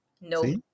No